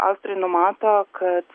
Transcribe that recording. austrai numato kad